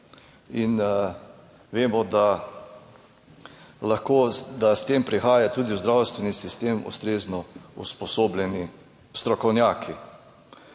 in vemo, da lahko, da s tem prihaja tudi v zdravstveni sistem ustrezno usposobljeni strokovnjaki.